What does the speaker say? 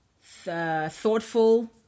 thoughtful